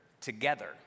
together